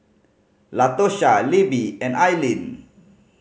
Latosha Libbie and Ailene